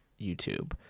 YouTube